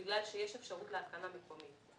בגלל שיש אפשרות להתקנה מקומית.